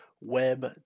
Web